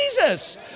Jesus